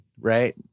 right